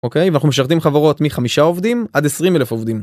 אוקיי ואנחנו משרתים חברות מחמישה עובדים עד עשרים אלף עובדים.